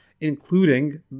including